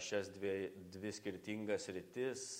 šias dviej dvi skirtingas sritis